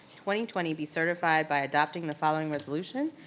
twenty twenty be certified by adopting the following resolution,